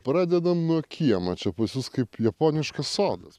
pradedam nuo kiemo pusės kaip japoniškas sodas